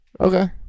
Okay